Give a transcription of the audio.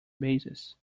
basis